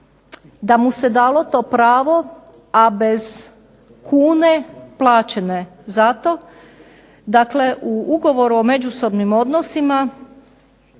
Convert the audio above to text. da mu se dalo to pravo a bez kune plaćene za to, dakle u ugovoru o međusobnim odnosima